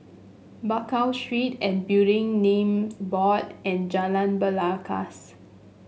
Bakau Street and Building Names Board and Jalan Belangkas